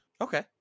okay